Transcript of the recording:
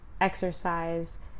exercise